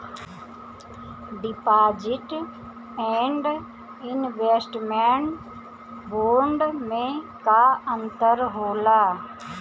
Deposit and investment bond मे का अंतर होला?